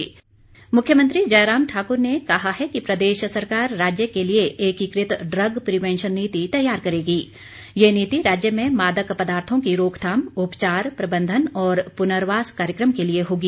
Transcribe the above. मुख्यमंत्री मुख्यमंत्री जयराम ठाकुर ने कहा है कि प्रदेश सरकार राज्य के लिए एकीकृत ड्रग प्रिवेंशन नीति तैयार करेगी यह नीति राज्य में मादक पदार्थों की रोकथाम उपचार प्रबंधन और पूनर्वास कार्यक्रम के लिए होगी